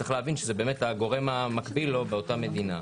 צריך להבין שזה באמת הגורם המקביל לו באותה מדינה.